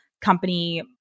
company